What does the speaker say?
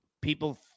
people